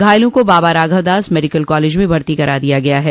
घायलों को Baba Raghavdas medical college में भर्ती करा दिया गया है